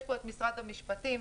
יש פה משרד המשפטים,